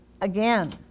again